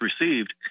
received